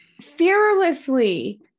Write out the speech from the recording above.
fearlessly